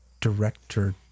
director